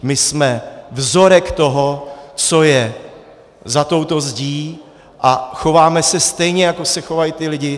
My jsme vzorek toho, co je za touto zdí, a chováme se stejně, jako se chovají ty lidi.